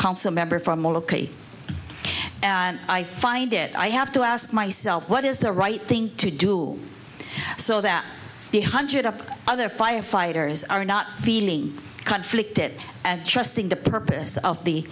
council member from all ok i find it i have to ask myself what is the right thing to do so that the hundred of other firefighters are not feeling conflicted and trusting the purpose of the